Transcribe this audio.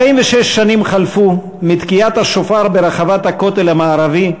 46 שנים חלפו מתקיעת השופר ברחבת הכותל המערבי,